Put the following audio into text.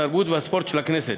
התרבות והספורט של הכנסת.